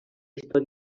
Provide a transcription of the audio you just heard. història